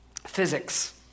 Physics